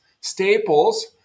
Staples